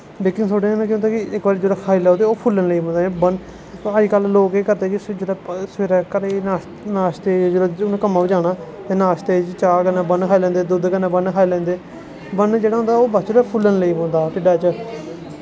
baking सोडै कन्नै केह् होंदा कि इक बारी खाई लै ते ओह् फुल्लन लगी पौंदा अजकल लोग केह् करदे कि सवेरे नाशते गी जिसलै उ'नें कम्मे पर जाना ते नाशते च चाह् कन्नै बन खाई लैंदे दुद्ध कन्नै बंद खाई लैंदे बन जेह्ड़ा होंदा बाद च ओह् फुल्लन लगी पौंदा ढिड्डै बिच्च